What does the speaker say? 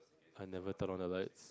I never turn on the lights